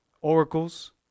oracles